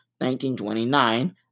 1929